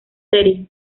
serie